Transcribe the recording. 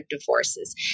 divorces